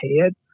head